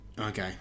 okay